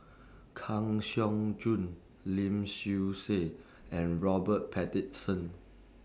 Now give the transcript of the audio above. Kang Siong Joo Lim Swee Say and Robert